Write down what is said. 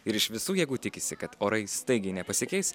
ir iš visų jėgų tikisi kad orai staigiai nepasikeis